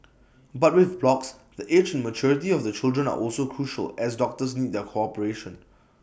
but with blocks the age and maturity of the children are also crucial as doctors need their cooperation